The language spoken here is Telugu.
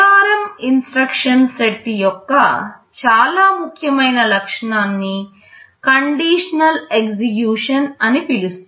ARM ఇన్స్ట్రక్షన్ సెట్ యొక్క చాలా ముఖ్యమైన లక్షణాన్నికండిషనల్ ఎగ్జిక్యూషన్అని పిలుస్తారు